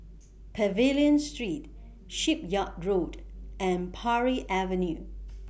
Pavilion Street Shipyard Road and Parry Avenue